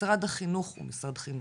משרד החינוך הוא משרד חינוך.